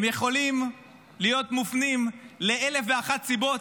הם יכולים להיות מופנים לאלף ואחת סיבות